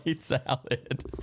salad